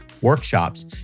workshops